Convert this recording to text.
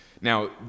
Now